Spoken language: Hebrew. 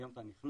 היום אתה נכנס,